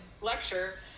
lecture